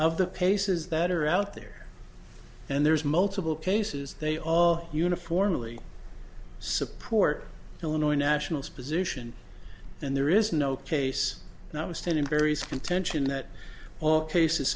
of the paces that are out there and there's multiple cases they all uniformly support illinois national's position and there is no case not withstanding various contention that all cases